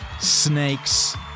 snakes